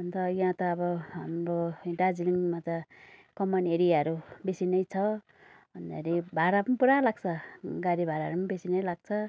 अन्त यहाँ त अब हाम्रो दार्जिलिङमा त कमान एरियाहरू बेसी नै छ अन्तखेरि भाडा पनि पुरा लाग्छ गाडी भाडाहरू पनि बेसी नै लाग्छ